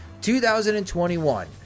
2021